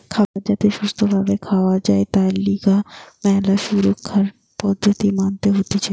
খাবার যাতে সুস্থ ভাবে খাওয়া যায় তার লিগে ম্যালা সুরক্ষার পদ্ধতি মানতে হতিছে